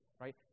right